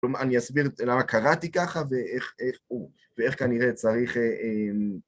כלומר, אני אסביר למה קראתי ככה, ואיך כנראה צריך...